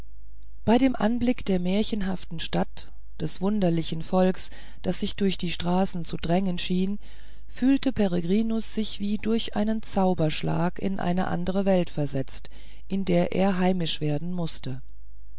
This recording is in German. bei dem anblick der märchenhaften stadt des wunderlichen volks das sich durch die straßen zu drängen schien fühlte peregrinus sich wie durch einen zauberschlag in eine andre welt versetzt in der er heimisch werden mußte